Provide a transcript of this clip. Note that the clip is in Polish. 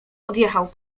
odjechał